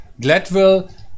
Gladwell